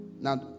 now